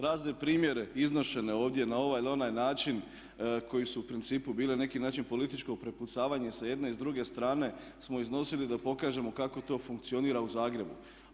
Razne primjere iznošene ovdje na ovaj ili onaj način koji su u principu bili na neki način političko prepucavanje s jedne i s druge strane smo iznosili da pokažemo kako to funkcionira u Zagrebu.